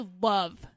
love